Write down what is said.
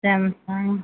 Samsung